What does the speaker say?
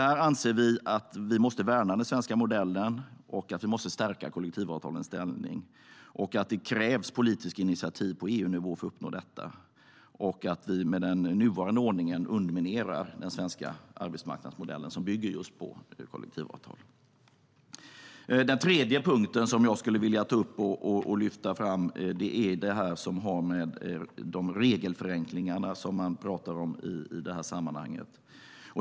Vi anser att vi måste värna den svenska modellen och stärka kollektivavtalens ställning, att det krävs politiska initiativ på EU-nivå för att uppnå detta och att den nuvarande ordningen underminerar den svenska arbetsmarknadsmodellen som bygger på just kollektivavtal. Den tredje punkten jag skulle vilja ta upp och lyfta fram har att göra med de regelförenklingar man pratar om i sammanhanget.